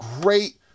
great